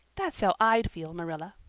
that's how i'd feel, marilla.